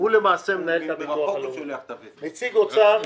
שר העבודה,